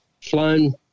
flown